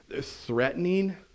threatening